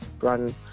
run